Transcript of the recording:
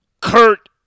Kurt